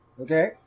okay